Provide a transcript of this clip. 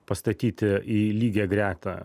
pastatyti į lygią gretą